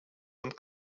und